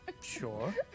Sure